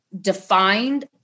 defined